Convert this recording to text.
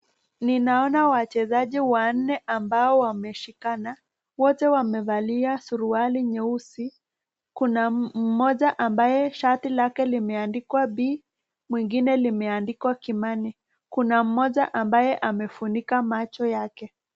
Ninaona wachezaji wanne ambao wameshikana. Wote wamevaa suruali nyeusi. Kuna mmoja ambaye shati lake limeandikwa B mwingine limeandikwa Kimani. Kuna mmoja ambaye amefunika macho yake.